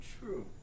true